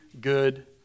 good